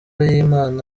y’imana